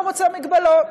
לא רוצה מגבלות,